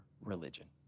religion